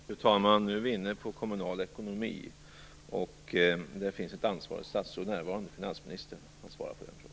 Fru talman! Vi är nu inne på kommunal ekonomi, och det finns ett ansvarigt statsråd närvarande. Finansministern kan svara på den frågan.